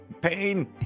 pain